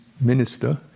minister